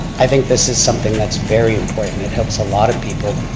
i think this is something that's very important, it helps a lot of people,